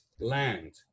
Land